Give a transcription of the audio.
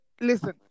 listen